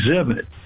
exhibit